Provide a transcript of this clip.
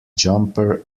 jumper